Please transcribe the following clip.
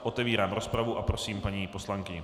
Otevírám rozpravu a prosím paní poslankyni.